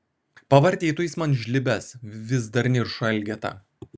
pavartytų jis man žlibes vis dar niršo elgeta